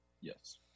Yes